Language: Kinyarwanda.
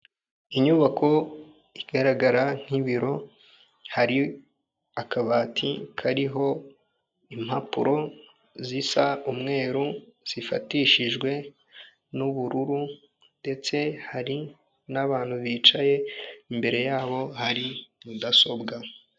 Inyubako igaragara nk'ibiro hari akabati kariho impapuro zisa umweru zifatishijwe n'ubururu ndetse hari n'abantu bicaye imbere yabo hari mudasobwa.